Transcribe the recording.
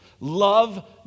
Love